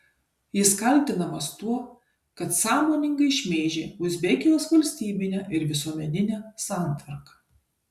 jis kaltinamas tuo kad sąmoningai šmeižė uzbekijos valstybinę ir visuomeninę santvarką